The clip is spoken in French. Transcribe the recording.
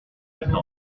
milieu